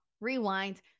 rewind